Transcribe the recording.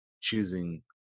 choosing